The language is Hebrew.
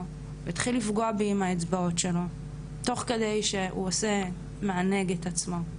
והתחיל לפגוע בי עם האצבעות שלו תוך כדי שהוא עושה מענג את עצמו,